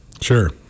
sure